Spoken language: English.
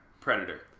Predator